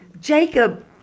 Jacob